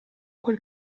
quel